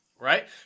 right